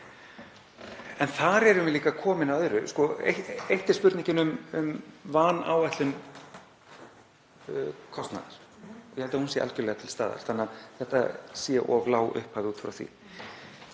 En þar erum við líka komin að öðru. Eitt er spurningin um vanáætlun kostnaðar. Ég held að hún sé algerlega til staðar, þetta sé of lág upphæð út frá því.